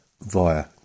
via